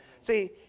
see